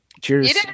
Cheers